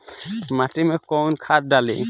माटी में कोउन खाद डाली?